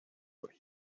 what